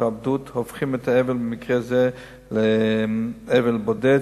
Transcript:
ההתאבדות הופכים את האבל במקרה זה לאבל בודד,